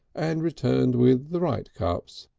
and returned with the right cups.